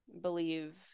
believe